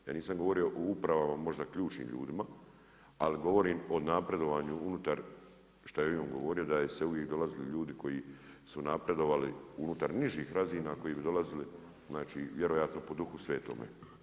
Ja nisam govorio o upravama, možda ključnim ljudima, ali govorimo o napredovanju unutar šta je i on govorio da su uvijek dolazili ljudi koji su napredovali unutar nižih razina koji bi dolazili znači vjerojatno po Duhu svetome.